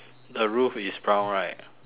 the roof is brown right